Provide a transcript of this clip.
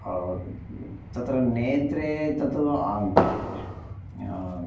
तत्र नेत्रे तत्